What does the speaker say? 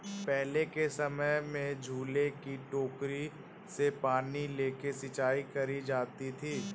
पहले के समय में झूले की टोकरी से पानी लेके सिंचाई करी जाती थी